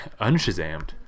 unshazammed